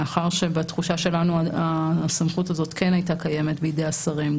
מאחר ובתחושה שלנו הסמכות הזאת כן הייתה קיימת בידי השרים.